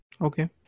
Okay